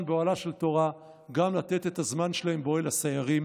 גם באוהלה של תורה וגם לתת את הזמן שלהם באוהל הסיירים.